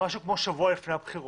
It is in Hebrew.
משהו כמו שבוע לפני הבחירות.